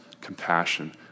compassion